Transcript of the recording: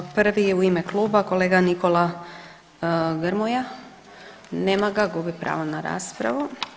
Prvi je u ime kluba kolega Nikola Grmoja, nema ga, gubi pravo na raspravu.